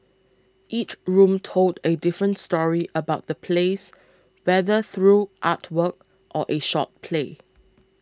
each room told a different story about the place whether through artwork or a short play